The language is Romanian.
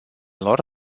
lor